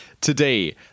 today